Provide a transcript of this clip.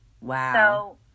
Wow